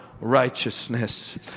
righteousness